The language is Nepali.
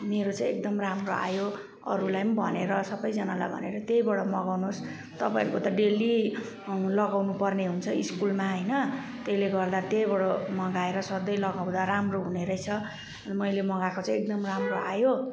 मेरो चाहिँ एकदम राम्रो आयो अरूलाई पनि भनेर सबैजनालाई भनेर त्यहीँबाट मगाउनुहोस् तपाईँहरूको डेली लगाउनुपर्ने हुन्छ स्कुलमा होइन त्यहीले गर्दा त्यहीँबाट मगाएर सधैँ लगाउँदा राम्रो हुनेरहेछ मैले मगाएको चाहिँ एकदम राम्रो आयो